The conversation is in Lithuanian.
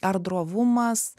ar drovumas